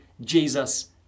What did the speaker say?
Jesus